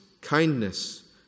kindness